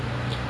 mm